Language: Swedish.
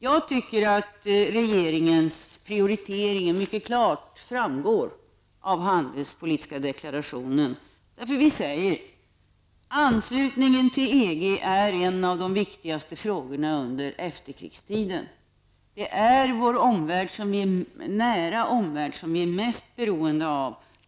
Jag tycker att regeringens prioritering mycket klart framgår av vår handelspolitiska deklaration. Vi säger: Anslutningen till EG är en av de viktigaste frågorna under efterkrigstiden. Det är vår nära omvärld som vi är mest beroende av.